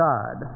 God